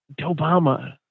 Obama